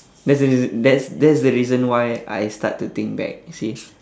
that's the reas~ that's that's the reason why I start to think back you see